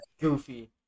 goofy